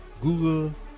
google